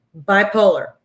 bipolar